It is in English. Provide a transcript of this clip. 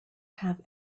have